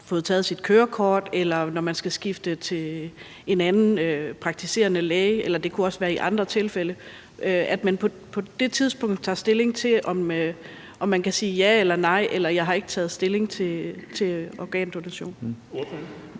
fået taget sit kørekort, når man skal skifte til en anden praktiserende læge, eller det kunne også være i andre tilfælde, tager stilling til, om man kan sige ja eller nej, eller at man siger, at man har ikke taget stilling til organdonation?